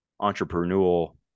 entrepreneurial